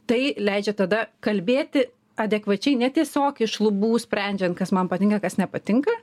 tai leidžia tada kalbėti adekvačiai ne tiesiog iš lubų sprendžiant kas man patinka kas nepatinka